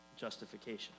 justification